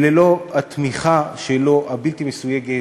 ללא התמיכה שלו, הבלתי-מסויגת,